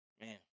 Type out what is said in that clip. man